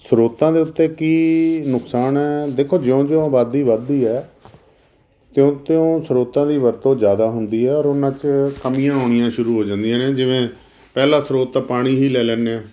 ਸਰੋਤਾਂ ਦੇ ਉੱਤੇ ਕੀ ਨੁਕਸਾਨ ਹੈ ਦੇਖੋ ਜਿਉਂ ਜਿਉਂ ਆਬਾਦੀ ਵੱਧਦੀ ਹੈ ਤਿਉਂ ਤਿਉਂ ਸਰੋਤਾਂ ਦੀ ਵਰਤੋਂ ਜ਼ਿਆਦਾ ਹੁੰਦੀ ਆ ਔਰ ਉਹਨਾਂ 'ਚ ਕਮੀਆਂ ਹੋਣੀਆਂ ਸ਼ੁਰੂ ਹੋ ਜਾਂਦੀਆਂ ਨੇ ਜਿਵੇਂ ਪਹਿਲਾ ਸਰੋਤ ਤਾਂ ਪਾਣੀ ਹੀ ਲੈ ਲੈਂਦੇ ਆਂ